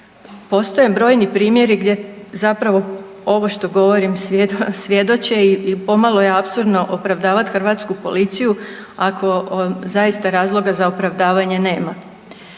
Postoje brojni primjeri gdje zapravo ovo što govorim svjedoče i pomalo je apsurdno opravdavat hrvatsku policiju ako zaista razloga za opravdavanje nema.